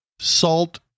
salt